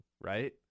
right